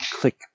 click